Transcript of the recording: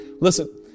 listen